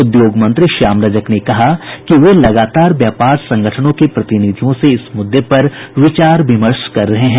उद्योग मंत्री श्याम रजक ने कहा कि वे लगातार व्यापार संगठनों के प्रतिनिधियों से इस मुद्दे पर विचार विमर्श कर रहे हैं